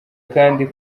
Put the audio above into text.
kandi